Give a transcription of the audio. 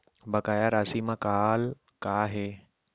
बकाया राशि मा कॉल का हे?